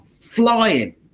flying